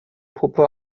puppe